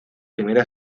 primera